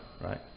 right